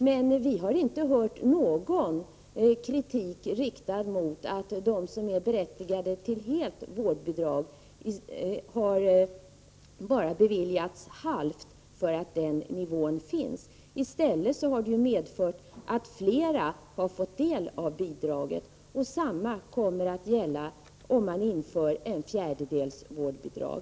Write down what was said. Men vi har inte hört någon kritik riktas mot att de som är berättigade till helt vårdbidrag bara har beviljats halvt för att den nivån finns. I stället har det medfört att fler har fått del av bidraget. Detsamma kommer att gälla om man inför ett fjärdedels vårdbidrag.